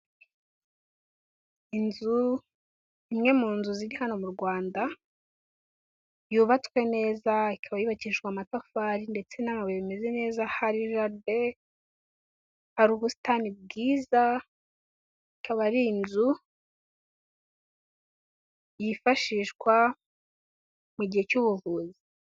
Inzu imwe mu nzu ziri hano mu Rwanda yubatswe neza ikaba yubakeshwa amatafari ndetse n'amabuye bimeze neza, hari jaride, hari ubusitani bwiza. Ikaba ari inzu yifashishwa mu gihe cy'ubuvuzi.